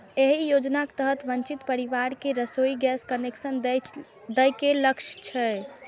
एहि योजनाक तहत वंचित परिवार कें रसोइ गैस कनेक्शन दए के लक्ष्य छै